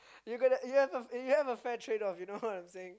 you got a you have you have a fair trade off you know what I'm saying